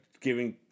giving